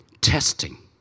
testing